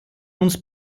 uns